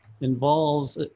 involves